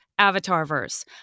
Avatarverse